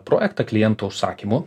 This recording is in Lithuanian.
projektą klientų užsakymų